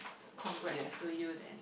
congrats to you then